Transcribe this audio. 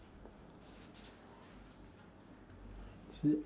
is it